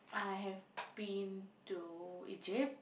I have been to Egypt